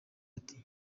ati